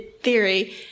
theory